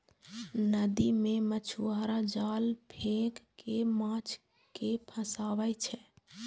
नदी मे मछुआरा जाल फेंक कें माछ कें फंसाबै छै